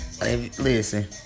listen